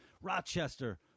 Rochester